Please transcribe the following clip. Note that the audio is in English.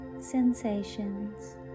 sensations